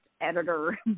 editor